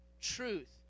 truth